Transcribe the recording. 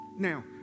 Now